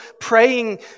praying